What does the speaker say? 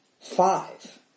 five